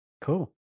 cool